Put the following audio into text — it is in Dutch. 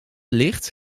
licht